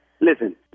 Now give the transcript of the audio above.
listen